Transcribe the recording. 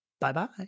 bye-bye